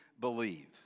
believe